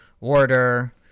order